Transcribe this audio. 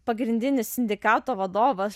pagrindinis sindikato vadovas